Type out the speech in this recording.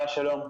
שלום.